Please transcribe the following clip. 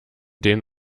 den